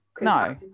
No